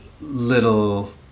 little